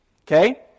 Okay